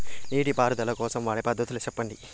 నీటి పారుదల కోసం వాడే పద్ధతులు సెప్పండి?